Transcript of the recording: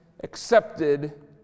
accepted